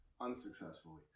unsuccessfully